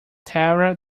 tara